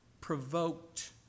provoked